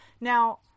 Now